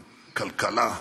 כלכלה,